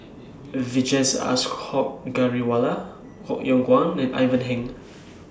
Vijesh Ashok Ghariwala Koh Yong Guan and Ivan Heng